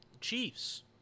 Chiefs